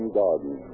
garden